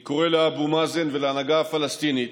אני קורא לאבו מאזן ולהנהגה הפלסטינית: